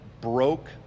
broke